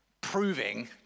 proving